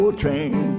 train